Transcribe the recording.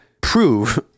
prove